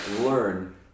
learn